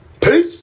peace